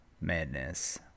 Madness